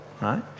right